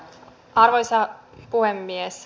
arvoisa puhemies